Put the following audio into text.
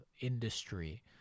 industry